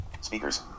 Speakers